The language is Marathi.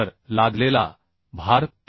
बीमवर लादलेला भार 13